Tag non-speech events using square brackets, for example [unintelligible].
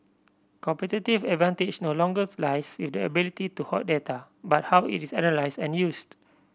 competitive advantage no longer [unintelligible] lies with the ability to hoard data but how it is analysed and used